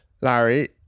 Larry